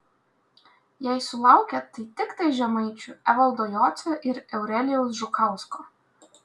jei sulaukė tai tiktai žemaičių evaldo jocio ir eurelijaus žukausko